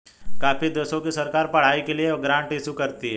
काफी देशों की सरकार पढ़ाई के लिए ग्रांट इशू करती है